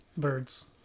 Birds